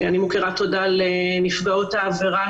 אני מוקירה תודה לנפגעות העבירה